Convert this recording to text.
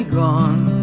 gone